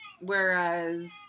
whereas